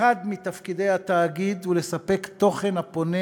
אחד מתפקידי התאגיד הוא לספק תוכן הפונה